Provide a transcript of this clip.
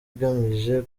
igamije